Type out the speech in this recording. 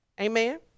Amen